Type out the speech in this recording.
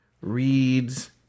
reads